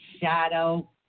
Shadow